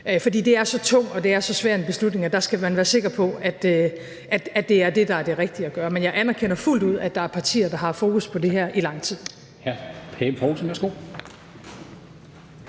For det er så tung og det er så svær en beslutning, at der skal man være sikker på, at det er det, der er det rigtige at gøre. Men jeg anerkender fuldt ud, at der er partier, der har haft fokus på det her i lang tid.